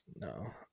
no